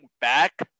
back